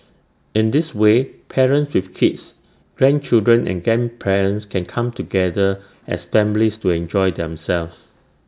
in this way parents with kids grandchildren and grandparents can come together as families to enjoy themselves